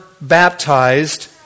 baptized